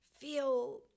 feel